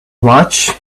much